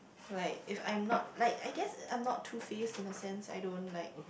like if I'm not like I guess I'm not two face in a sense I don't like